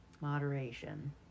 Moderation